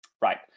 Right